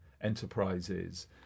enterprises